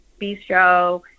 bistro